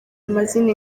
amazina